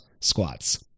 squats